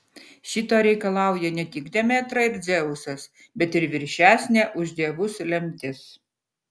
šito reikalauja ne tik demetra ir dzeusas bet ir viršesnė už dievus lemtis